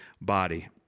body